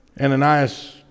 Ananias